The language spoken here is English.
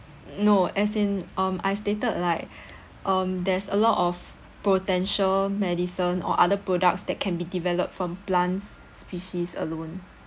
no as in um I stated like um there's a lot of potential medicine or other products that can be developed from plants species alone